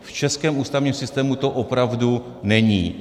V českém ústavním systému to opravdu není.